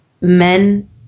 men